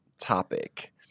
topic